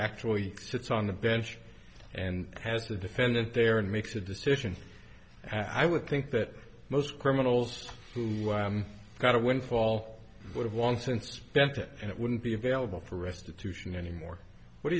actually sits on the bench and has the defendant there and makes a decision i would think that most criminals who got a windfall would have long since spent it and it wouldn't be available for restitution anymore what do